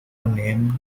named